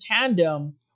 tandem